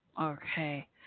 Okay